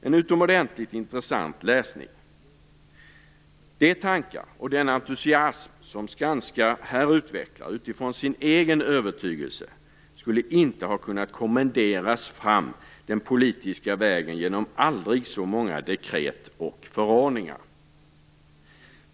En utomordentligt intressant läsning. De tankar och den entusiasm som Skanska här utvecklar utifrån sin egen övertygelse skulle inte ha kunnat kommenderas fram den politiska vägen genom aldrig så många dekret och förordningar.